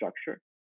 structure